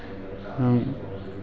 हम